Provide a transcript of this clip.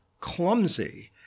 clumsy